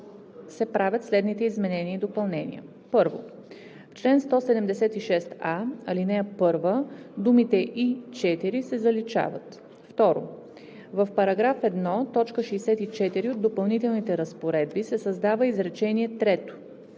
В § 1, т. 64 от допълнителните разпоредби се създава изречение